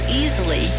easily